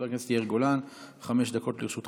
חבר הכנסת יאיר גולן, חמש דקות לרשותך.